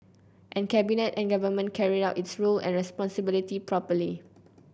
and Cabinet and Government carried out its roles and responsibilities properly